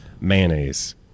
mayonnaise